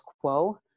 quo